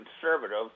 conservative